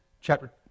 Chapter